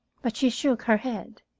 but she shook her head.